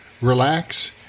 relax